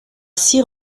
six